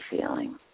feeling